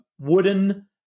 wooden